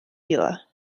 vila